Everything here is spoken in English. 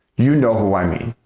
you know who i mean.